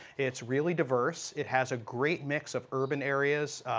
it's really diverse. it has a great mix of urban areas,